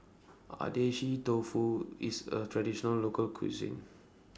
Dofu IS A Traditional Local Cuisine